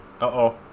Uh-oh